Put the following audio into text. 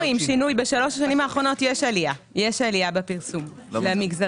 כבר רואים שינוי בשלוש השנים האחרונות יש עלייה בפרסום למגזרים.